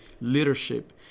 leadership